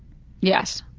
yes.